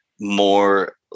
more